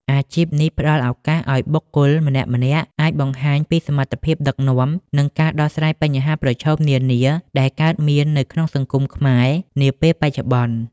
អាជីពនេះផ្តល់ឱកាសឱ្យបុគ្គលម្នាក់ៗអាចបង្ហាញពីសមត្ថភាពដឹកនាំ និងការដោះស្រាយបញ្ហាប្រឈមនានាដែលកើតមាននៅក្នុងសង្គមខ្មែរនាពេលបច្ចុប្បន្ន។